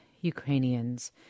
Ukrainians